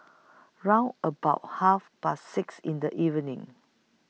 round about Half Past six in The evening